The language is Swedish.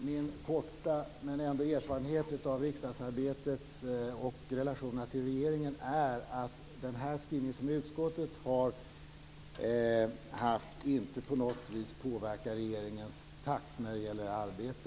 Fru talman! Min korta erfarenhet av riksdagsarbetet och relationerna till regeringen är att utskottets skrivning inte på något vis påverkar regeringens takt när det gäller arbete.